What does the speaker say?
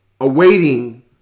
awaiting